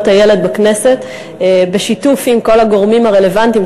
הילד בכנסת בשיתוף עם כל הגורמים הרלוונטיים,